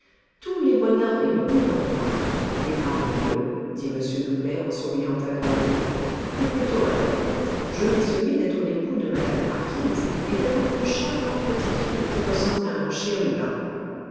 tous les bonheurs réunis enfin et parmi eux dit m doublet en souriant agréablement ou plutôt à leur tête je mets celui d'être l'époux de mme la marquise et d'avoir une charmante petite fille qui ressemble à un chérubin